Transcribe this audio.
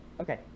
Okay